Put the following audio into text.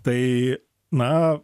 tai na